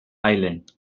island